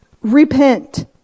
Repent